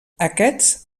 aquests